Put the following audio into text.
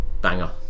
banger